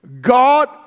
God